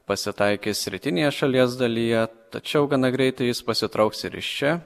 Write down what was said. pasitaikys rytinėje šalies dalyje tačiau gana greitai jis pasitrauks ir iš čia